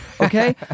okay